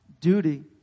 duty